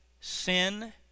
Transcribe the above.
sin